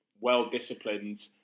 well-disciplined